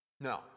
No